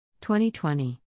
2020